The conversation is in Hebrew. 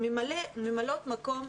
ממלאות מקום,